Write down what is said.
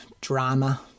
drama